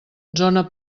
zona